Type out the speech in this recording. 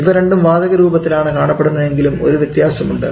ഇവ രണ്ടും വാതക രൂപത്തിൽ ആണ് കാണപ്പെടുന്നത് എങ്കിലും ഒരു വ്യത്യാസമുണ്ട്